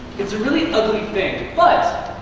it's a really ugly thing, but